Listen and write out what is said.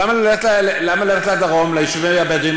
למה ללכת לדרום ליישובים הבדואיים?